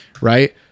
right